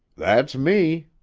that's me!